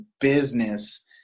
business